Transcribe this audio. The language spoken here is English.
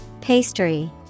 Pastry